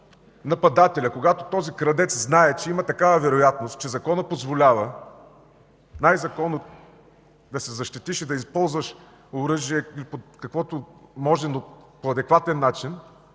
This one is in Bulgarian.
нападателят, когато този крадец знае, че има такава вероятност, че законът позволява да се защитиш и да използваш оръжие и каквото може, но по адекватен начин,